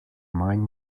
manj